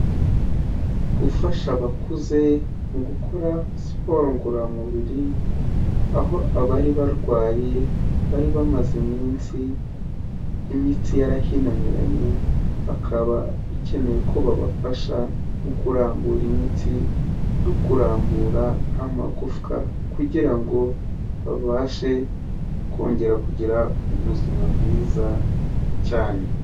Gufasha abakuze mu gukora siporo ngororamubiri, aho abari barwaye bari bamaze iminsi imitsi yarahinamiranye, bakaba bikenewe ko babafasha mu kurambura imitsi no kurambura amagufwa. Kugira ngo babashe kongera kugira ubuzima bwiza cyane.